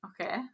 okay